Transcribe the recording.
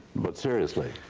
but seriously,